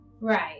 Right